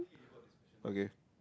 okay